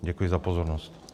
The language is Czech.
Děkuji za pozornost.